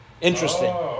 Interesting